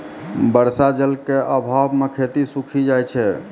बर्षा जल क आभाव म खेती सूखी जाय छै